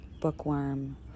bookworm